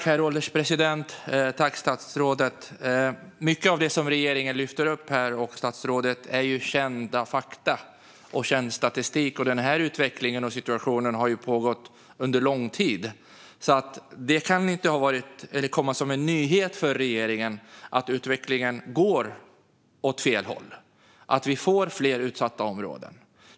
Herr ålderspresident! Mycket av det som statsrådet och regeringen lyfter upp här är kända fakta och känd statistik. Den här utvecklingen har ju pågått under lång tid, och det kan därför inte komma som en nyhet för regeringen att utvecklingen går åt fel håll och att vi får fler utsatta områden.